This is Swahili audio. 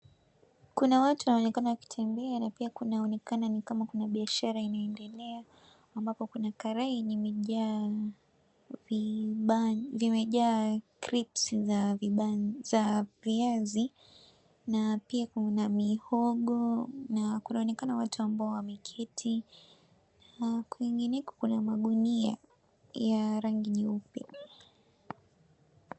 Kuna watu wanaonekana wakitembea na pia kunaonekana ni kama kuna biashara inaendelea, ambapo kuna karai yenye vimejaa kripsi za viazi na pia kuna mihogo na kunaonekana watu ambao wameketi. Na kwingineko kuna magunia ya rangi nyeupe.